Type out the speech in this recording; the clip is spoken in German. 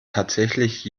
tatsächlich